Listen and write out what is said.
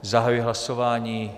Zahajuji hlasování.